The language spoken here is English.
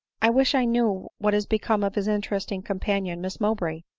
i wish i knew what is become of his interesting com panion, miss mowbray,